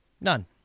None